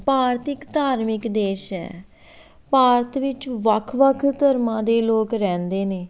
ਭਾਰਤ ਇੱਕ ਧਾਰਮਿਕ ਦੇਸ਼ ਹੈ ਭਾਰਤ ਵਿੱਚ ਵੱਖ ਵੱਖ ਧਰਮਾਂ ਦੇ ਲੋਕ ਰਹਿੰਦੇ ਨੇ